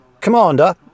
Commander